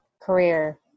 career